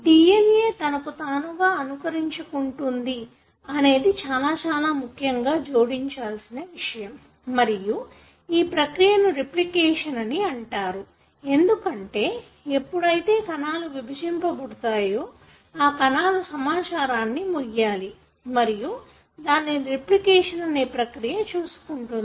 DNA తనకు తానూగ అనుకరించుకుంటుంది అనేది చాలా చాలా ముఖ్యంగా జోడించాల్సిన విషయం మరియు ఈ ప్రక్రియను రిప్లికేషన్ అని అంటారు ఎందుకంటే ఎప్పుడైతే కణాలు విభజింపబడతాయో ఆ కణాలు సమాచారాన్ని మొయ్యాలి మరియు దానిని రిప్లికేషన్ అనే ప్రక్రియ చూసుకుంటుంది